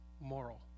moral